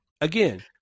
again